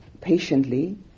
patiently